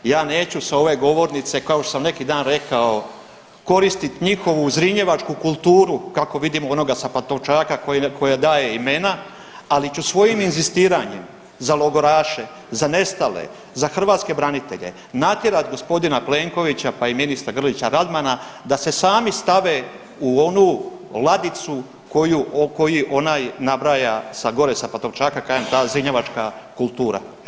Ja neću s ove govornice, kao što sam neki dan rekao, koristiti njihovu zrinjevačku kulturu, kako vidimo onoga sa Pantovčaka koji im daje imena, ali ću svojim inzistiranjem za logoraše, za nestale, za hrvatske branitelje natjerati g. Plenkovića, pa i ministra Grlića Radmana da se sami stave u onu ladicu koju, koji onaj nabraja sa gore sa Pantovčaka, kažem, ta zrinjevačka kultura.